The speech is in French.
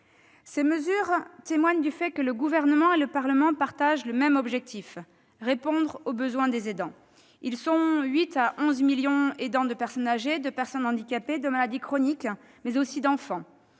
Ces mesures en témoignent, le Gouvernement et le Parlement partagent le même objectif : répondre aux besoins des 8 à 11 millions d'aidants de personnes âgées, de personnes handicapées, de malades chroniques mais aussi d'enfants.